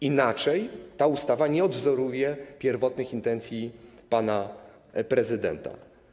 Inaczej ta ustawa nie odwzoruje pierwotnych intencji pana prezydenta.